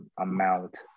amount